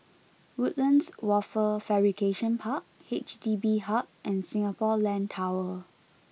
Woodlands Wafer Fabrication Park H D B Hub and Singapore Land Tower